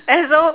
asshole